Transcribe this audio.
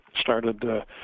started